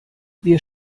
wir